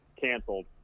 canceled